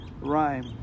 rhyme